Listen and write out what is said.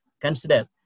consider